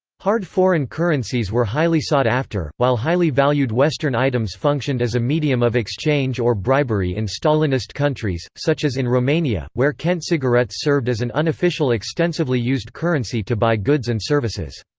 hard foreign currencies were highly sought after, while highly valued western items functioned as a medium of exchange or bribery in stalinist countries, such as in romania, where kent cigarettes served as an unofficial extensively used currency to buy goods and services.